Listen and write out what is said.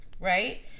right